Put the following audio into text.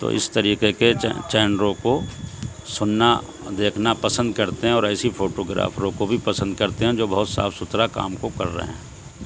تو اس طریقے کے چینلوں کو سننا دیکھنا پسند کرتے ہیں اور ایسی فوٹو گرافروں کو بھی پسند کرتے ہیں جو بہت صاف ستھرا کام کو کر رہے ہیں